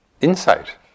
insight